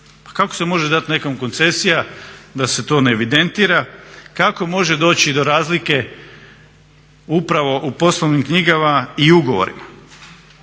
kako se može dati nekom koncesija da se to ne evidentira? Kako može doći do razlike upravo u poslovnim knjigama i ugovorima?